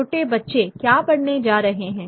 छोटे बच्चे क्या पढ़ने जा रहे हैं